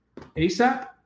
ASAP